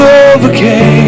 overcame